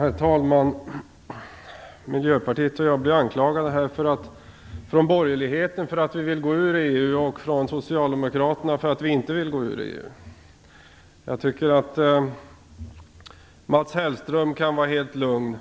Herr talman! Miljöpartiet och jag blev här anklagade från borgerligheten för att vi vill gå ur EU och från socialdemokraterna för att vi inte vill gå ur EU. Jag tycker att Mats Hellström kan vara helt lugn.